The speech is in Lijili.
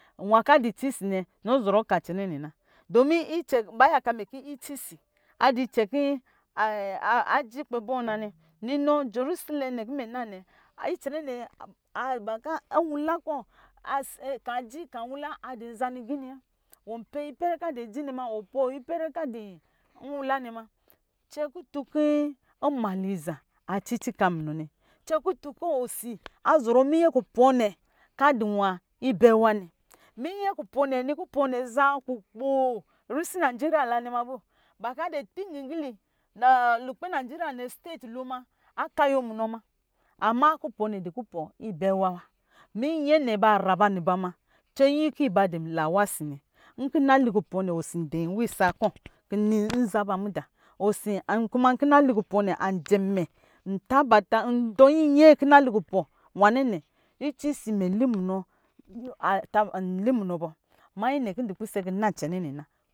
Nwaka ditsi nɛ nɔ zɔrɔ ka kɛnɛ nɛ domin icɛ ba yaka mɛ ki itsi si adicɛ ki aji kpɛ bɔ nanɛ, ninɔ jɔrisɛlɛ nɛ kin mɛ nanɛ icɛnɛ bakɔ̄ nwala kɔ̄ kaji kan nwala adi nza ni giniwa, wɔ pɔ ipɛrɛ ka di ji nɛ ma, wɔ pi pɛrɛ ka di nwala nɛ ma cɛ kutun ki nmaliza aciki ka munɔ nɛ ma, cɛ kutun kin osi azɔrɔ minyɛ kupɔ̄ɔ̄ nɛ ka diwa ipɛwa nɛ, minyɛ kupɔ̄ɔ̄ nɛ, kupɔ̄ɔ̄ zaa kukpoo risi nigeria la nɛ mamu, ba kɔ̄ adi tingigili lukpɛ nigeria nɛ state lo ma a kayo munɔ ma, ama kupɔ̄ɔ̄ nɛ adi kupɔɔ ibɛɛ wa minyɛ nɛ ba ra ba ni ba ma cɛyi ki badi la wa si nɛ nki nna li kupɔ̄ɔ̄ osi di wisa kɔ̄ kini nzaba midā kuma nkin nnali kukpɔɔ nɛ ā jɛ mɛ kin tabata ndɔ nyee kina likupɔ̄ɔ̄ wanene itsi si nɛ mɛ limunɔ bɔ manyi nɛ ku dɔ̄ pisɛ kɔ̄ na cɛ nɛ nɛ na.